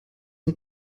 und